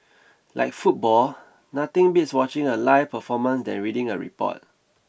like football nothing beats watching a live performance than reading a report